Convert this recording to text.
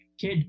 kid